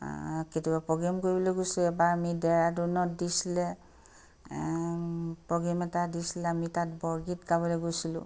কেতিয়াবা প্ৰ'গ্ৰেম কৰিবলৈ গৈছো এবাৰ আমি ডেৰাদুনত দিছিলে প্ৰ'গ্ৰেম এটা দিছিল আমি তাত বৰগীত গাবলে গৈছিলোঁ